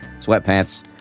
sweatpants